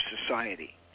society